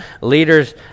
leaders